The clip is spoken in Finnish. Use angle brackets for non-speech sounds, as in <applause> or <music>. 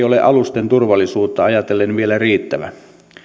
<unintelligible> ole alusten turvallisuutta ajatellen vielä riittävä